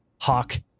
Hawk